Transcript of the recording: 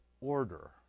order